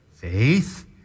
Faith